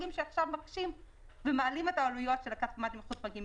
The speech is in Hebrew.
שעכשיו מקשים ומעלים את העלויות של הכספומטים החוץ-בנקאיים.